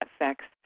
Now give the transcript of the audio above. affects